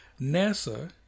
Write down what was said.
NASA